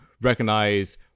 recognize